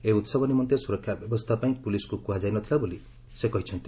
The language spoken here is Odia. ଏହି ଉତ୍ସବ ନିମନ୍ତେ ସୁରକ୍ଷା ବ୍ୟବସ୍ଥା ପାଇଁ ପୁଲିସ୍କୁ କୁହାଯାଇ ନଥିଲା ବୋଲି ସେ କହିଛନ୍ତି